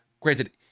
Granted